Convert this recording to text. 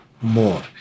more